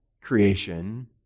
creation